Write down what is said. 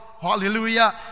hallelujah